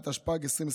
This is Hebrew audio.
(הוראת שעה), התשפ"ג 2023,